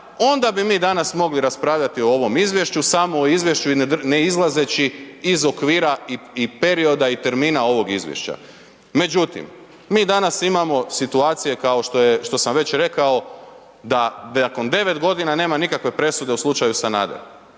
onda bi mi danas mogli raspravljati o ovom izvješću, samo o izvješću i ne izlazeći iz okvira i perioda i termina ovog izvješća. Međutim, mi danas imamo situacije kao što sam već i rekao da nakon 9 nema nikakve presude u slučaju Sanader,